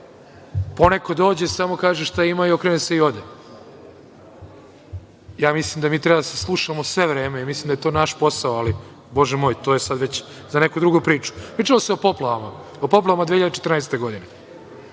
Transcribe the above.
poneko dođe, samo kaže šta ima i okrene se i ode. Mislim da mi treba da slušamo sve vreme i mislim da je to naš posao ali, Bože moj, to je sad već za neku drugu priču. Pričalo se o poplavama 2014. godine.